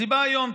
אז היא באה היום,